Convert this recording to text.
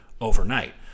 overnight